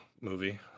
movie